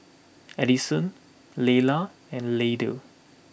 Edison Layla and Lydell